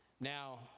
Now